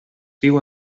viu